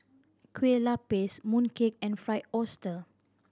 Kueh Lapis mooncake and Fried Oyster